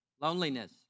loneliness